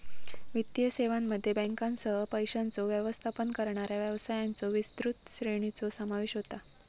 वित्तीय सेवांमध्ये बँकांसह, पैशांचो व्यवस्थापन करणाऱ्या व्यवसायांच्यो विस्तृत श्रेणीचो समावेश होता